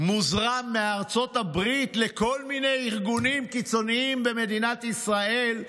מוזרם מארצות הברית לכל מיני ארגונים קיצוניים במדינת ישראל,